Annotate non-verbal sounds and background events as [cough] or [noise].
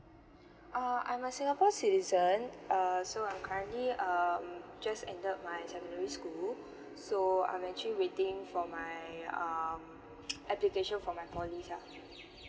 ah I'm a singapore citizen err so I'm currently um just ended my secondary school so I'm actually waiting for my um [noise] application for my poly lah